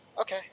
Okay